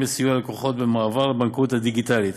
לסיוע ללקוחות במעבר לבנקאות הדיגיטלית,